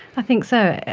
i think so.